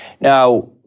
Now